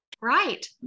Right